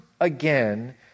again